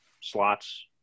slots